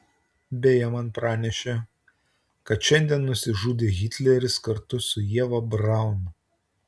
beje man pranešė kad šiandien nusižudė hitleris kartu su ieva braun